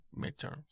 midterms